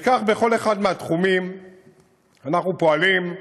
וכך בכל אחד מהתחומים אנחנו פועלים,